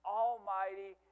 almighty